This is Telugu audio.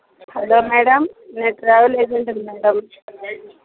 హలో మేడమ్ నేను ట్రావెల్ ఏజెంట్ని మేడమ్